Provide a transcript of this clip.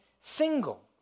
single